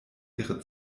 ihre